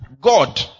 God